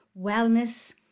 wellness